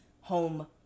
home